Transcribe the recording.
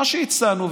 מה שהצענו,